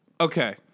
Okay